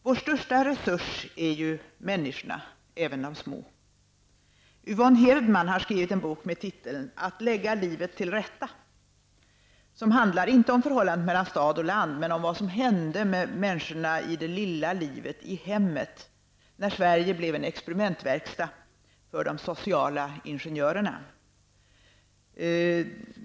Vår största resurs är ju människorna, även de små. Yvonne Hirdman har skrivit en bok med titeln Att ligga livet till rätta. Den handlar inte om förhållandet mellan stad och land men om vad som hände med människorna i det lilla livet, i hemmet, när Sverige blev en experimentverkstad för de sociala ingenjörerna.